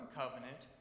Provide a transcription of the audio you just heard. covenant